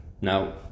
Now